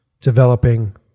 developing